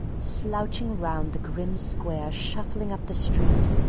slouching round the grim square, shuffling up the street,